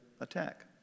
attack